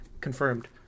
Confirmed